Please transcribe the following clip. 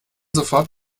sofort